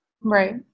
Right